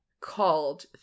called